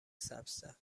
سبزتر